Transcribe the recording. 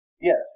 Yes